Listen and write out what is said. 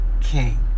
king